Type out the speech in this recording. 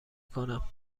کنم